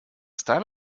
style